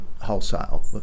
wholesale